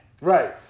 Right